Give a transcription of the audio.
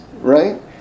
right